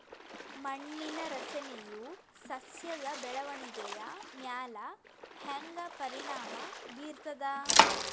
ಮಣ್ಣಿನ ರಚನೆಯು ಸಸ್ಯದ ಬೆಳವಣಿಗೆಯ ಮ್ಯಾಲ ಹ್ಯಾಂಗ ಪರಿಣಾಮ ಬೀರ್ತದ?